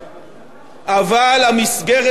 אבל המסגרת כולה נשמרת.